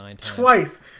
twice